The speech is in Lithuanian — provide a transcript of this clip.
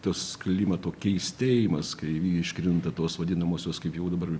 tas klimato keistėjimas kai iškrinta tos vadinamosios kaip jau dabar